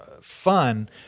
fun